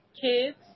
kids